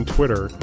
Twitter